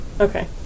Okay